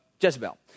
Jezebel